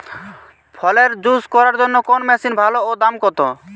ফলের জুস করার জন্য কোন মেশিন ভালো ও দাম কম?